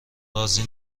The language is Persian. راضی